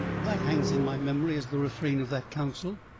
that hangs in my memory as the refrain of that council,